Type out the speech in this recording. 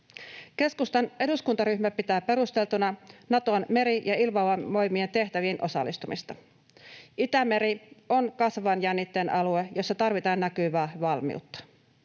Keskustan eduskuntaryhmä pitää perusteltuna Naton meri‑ ja ilmavoimien tehtäviin osallistumista. Itämeri on kasvavan jännitteen alue, jossa tarvitaan näkyvää valmiutta.